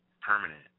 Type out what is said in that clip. permanent